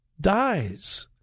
dies